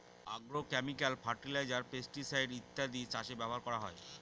agrochemical fertiliser, pesticide ইত্যাদি চাষে ব্যবহার করা হয়